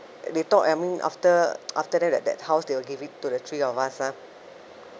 they thought I mean after after that that house they will give it to the three of us ah